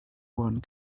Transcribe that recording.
one